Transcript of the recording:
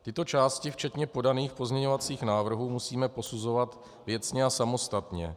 Tyto části včetně podaných pozměňovacích návrhů musíme posuzovat věcně a samostatně.